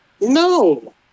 No